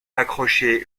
accroché